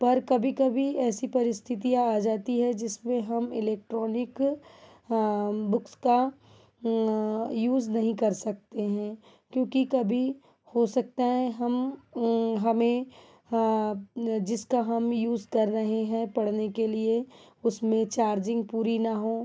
पर कभी कभी ऐसी परिस्थितियाँ आ जाती है जिसमें हम इलेक्ट्रॉनिक बुक्स का यूज़ नहीं कर सकते हैं क्योंकि कभी हो सकता है हम हमें जिसका हम यूज़ कर रहे हैं पढ़ने के लिए उसमें चार्जिंग पूरी न हो